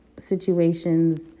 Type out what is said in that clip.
situations